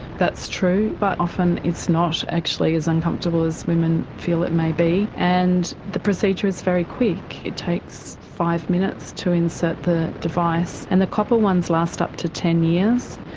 that's true. but often it's not actually as uncomfortable as women feel it may be. and the procedure very quick, it takes five minutes to insert the device. and the copper ones last up to ten years.